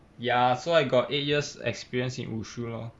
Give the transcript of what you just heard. ya so I got eight years experience in 武术 lor